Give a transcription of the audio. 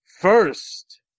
first